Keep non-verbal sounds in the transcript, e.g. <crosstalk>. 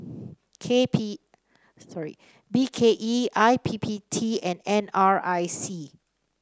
<noise> K P sorry B K E I P P T and N R I C